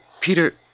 Peter